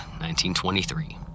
1923